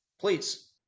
please